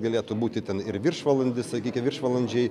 galėtų būti ten ir viršvalandis sakyki viršvalandžiai